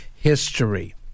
history